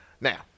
now